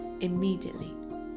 immediately